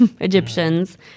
Egyptians